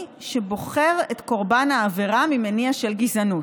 שבוחר את קורבן העבירה ממניע של גזענות,